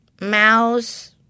mouse